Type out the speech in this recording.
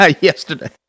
yesterday